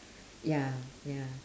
ya ya